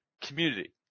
community